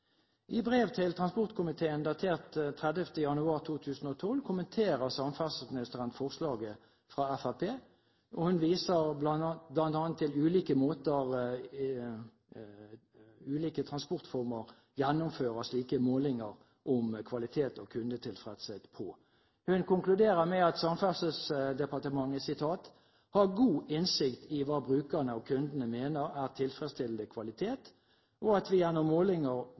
I brev til transportkomiteen, datert 30. januar 2012, kommenterer samferdselsministeren forslaget fra Fremskrittspartiet, og hun viser bl.a. til at det på ulike måter, innenfor ulike transportformer, gjennomføres slike målinger om kvalitet og kundetilfredshet. Hun konkluderer med at Samferdselsdepartementet «har god innsikt i hva brukerne/kundene mener er tilfredsstillende kvalitet, og at vi gjennom målinger,